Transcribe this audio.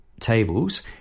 Tables